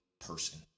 person